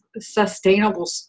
sustainable